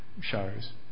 shows